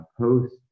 post